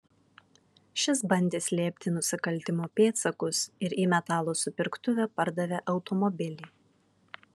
šis bandė slėpti nusikaltimo pėdsakus ir į metalo supirktuvę pardavė automobilį